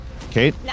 Kate